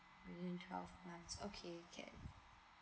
within twelve months okay can